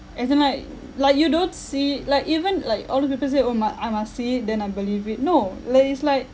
as in like like you don't see like even like all these people said oh my I must see it then I believe it no like it's like